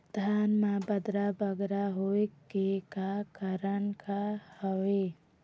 धान म बदरा बगरा होय के का कारण का हवए?